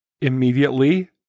immediately